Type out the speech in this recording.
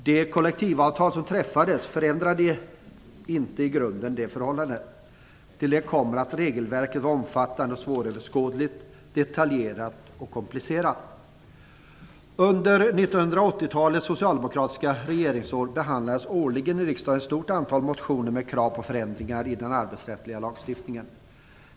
De kollektivavtal som träffades förändrade inte i grunden det förhållandet. Till detta kommer att regelverket var omfattande och svåröverskådligt, detaljerat och komplicerat. Under 1980-talets socialdemokratiska regeringsår behandlades årligen i riksdagen ett stort antal motioner med krav på förändringar i den arbetsrättsliga lagstiftningen.